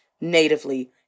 natively